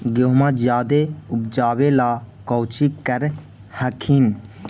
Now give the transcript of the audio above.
गेहुमा जायदे उपजाबे ला कौची कर हखिन?